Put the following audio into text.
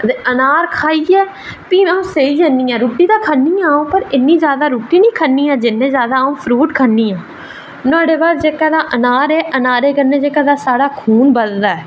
ते अनार खाइयै प्ही अं'ऊ सेई जन्नी आं रुट्टी ते खन्नी आं पर इन्नी जादा अं'ऊ रुट्टी निं खन्नी आं जिन्नी जादा अं'ऊ फ्रूट खन्नी आं नुहाड़े बाद जेह्का अनार ऐ नुहाड़े कन्नै जेह्का तां खून बधदा